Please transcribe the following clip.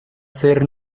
ser